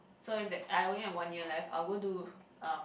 so if that I only have one year left I'll go do um